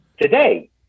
today